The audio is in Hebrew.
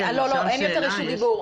לא, אין יותר רשות דיבור.